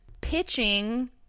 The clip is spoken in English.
pitching